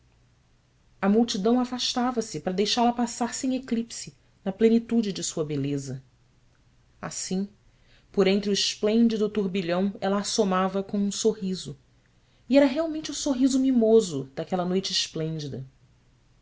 a multidão afastava-se para deixá-la passar sem eclipse na plenitude de sua beleza assim por entre o esplêndido turbilhão ela assomava como um sorriso e era realmente o sorriso mimoso daquela noite esplêndida